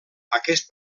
aquest